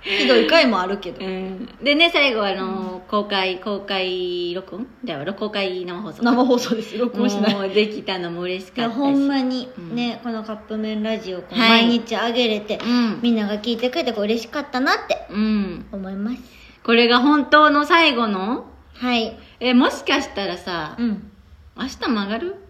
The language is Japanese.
ひどい回もあるけど。うん。でね、最後はあのー、うん。公開、公開録音だよ。公開生放送。生放送です。録音しない。もうできたのも嬉しかったし。いや、ほんまに。ね、うん。このカップ麺ラジオ、こう、はい。毎日上げれて、うん。みんなが聞いてくれて、こう、嬉しかったなって、うん。思います。これが本当の最後の？はい。え、もしかしたらさ、うん。明日も上がる？